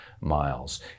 miles